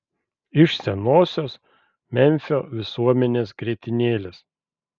iš senosios memfio visuomenės grietinėlės